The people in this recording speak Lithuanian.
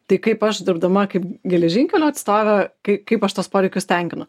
tai kaip aš dirbdama kaip geležinkelių atstovė kaip kaip aš tuos poreikius tenkinu